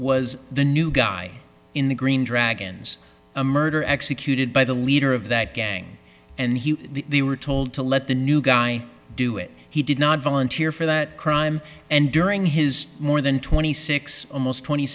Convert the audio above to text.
was the new guy in the green dragons a murderer executed by the leader of that gang and the were told to let the new guy do it he did not volunteer for that crime and during his more than twenty six almost twenty